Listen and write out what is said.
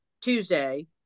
Tuesday